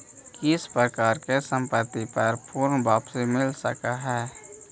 किस प्रकार की संपत्ति पर पूर्ण वापसी मिल सकअ हई